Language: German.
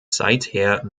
seither